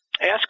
Ask